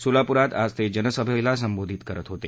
सोलापूरात आज ते जनसभेला संबोधित करत होते